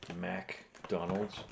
McDonald's